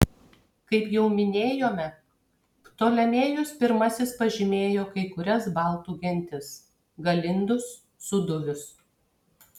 kaip jau minėjome ptolemėjus pirmasis pažymėjo kai kurias baltų gentis galindus sūduvius